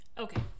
okay